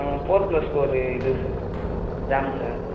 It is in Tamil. ஃபோர் ப்ளஸு ஃபோர் இது சார் ராம் சார்